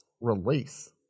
release